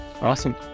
Awesome